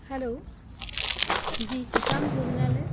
hello जी किसान भोजनालय